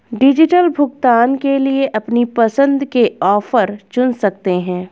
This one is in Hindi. डिजिटल भुगतान के लिए अपनी पसंद के ऑफर चुन सकते है